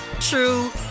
true